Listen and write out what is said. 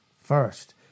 First